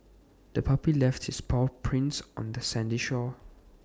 the puppy left its paw prints on the sandy shore